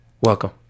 Welcome